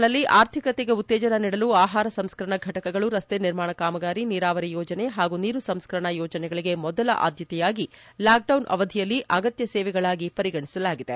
ಗ್ರಾಮೀಣ ಪ್ರದೇಶಗಳಲ್ಲಿ ಆರ್ಥಿಕತೆಗೆ ಉತ್ತೇಜನ ನೀಡಲು ಆಹಾರ ಸಂಸ್ಕರಣಾ ಘಟಕಗಳು ರಸ್ತೆ ನಿರ್ಮಾಣ ಕಾಮಗಾರಿ ನೀರಾವರಿ ಯೋಜನೆ ಹಾಗೂ ನೀರು ಸಂಸ್ಕರಣಾ ಯೋಜನೆಗಳಿಗೆ ಮೊದಲ ಆದ್ದತೆಯಾಗಿ ಲಾಕಡೌನ್ ಅವಧಿಯಲ್ಲಿ ಅಗತ್ಯ ಸೇವೆಗಳಾಗಿ ಪರಿಗಣಿಸಲಾಗಿದೆ